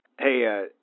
Hey